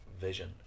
vision